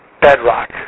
bedrock